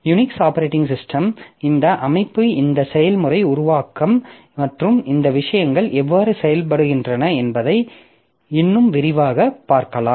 Unix operating system இந்த அமைப்பு இந்த செயல்முறை உருவாக்கம் மற்றும் இந்த விஷயங்கள் எவ்வாறு செயல்படுகின்றன என்பதை இன்னும் விரிவாகப் பார்க்கும்